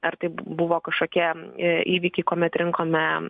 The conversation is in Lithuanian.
ar tai buvo kažkokie įvykiai kuomet rinkome